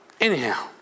Anyhow